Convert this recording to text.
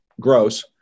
gross